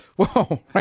Whoa